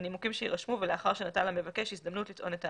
מנימוקים שיירשמו ולאחר שנתן למבקש הזדמנות לטעון את טענותיו.